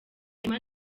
emma